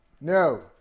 no